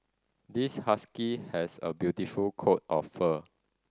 this husky has a beautiful coat of fur